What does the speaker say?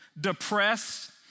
depressed